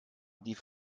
die